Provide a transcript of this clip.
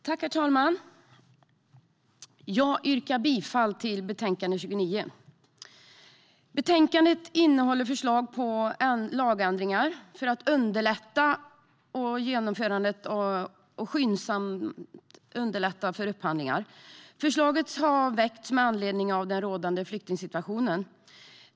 Herr talman! Jag yrkar bifall till utskottets förslag i betänkande 29. I betänkandet finns "förslag till lagändringar för att underlätta genomförandet av skyndsamma upphandlingar. Förslaget har väckts med anledning av den rådande flyktingsituationen.